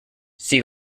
see